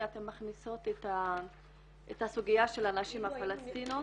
אתם מכניסים את הסוגיה של הנשים הפלשתיניות.